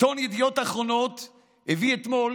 עיתון ידיעות אחרונות הביא אתמול